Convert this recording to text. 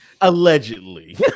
Allegedly